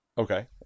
Okay